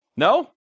No